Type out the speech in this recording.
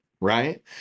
right